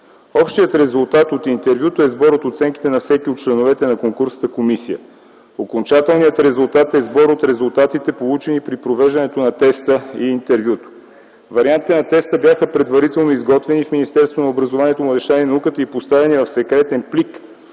Общият резултат от интервюто е сбор от оценките на всеки от членовете на конкурсната комисия. Окончателният резултат е сбор от резултатите, получени при провеждането на теста и интервюто. Вариантите на теста бяха предварително изготвени в Министерството на образованието, младежта и науката и поставени в секретен плик,